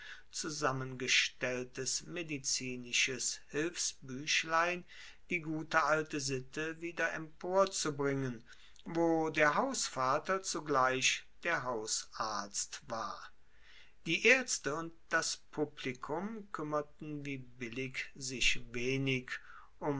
zusammengestelltes medizinisches hilfsbuechlein die gute alte sitte wieder emporzubringen wo der hausvater zugleich der hausarzt war die aerzte und das publikum kuemmerten wie billig sich wenig